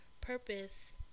purpose